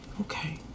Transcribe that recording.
okay